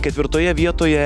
ketvirtoje vietoje